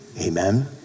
Amen